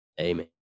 Amen